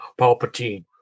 Palpatine